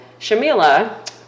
Shamila